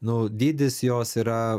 nu dydis jos yra